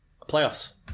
playoffs